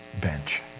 bench